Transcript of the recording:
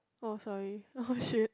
oh sorry oh shit